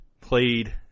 played